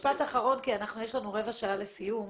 משפט אחרון, כי יש לנו רבע שעה לסיום.